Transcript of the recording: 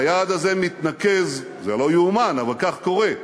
היעד הזה מתנקז, זה לא ייאמן, אבל כך קורה,